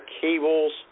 cables